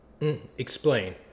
Explain